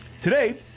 Today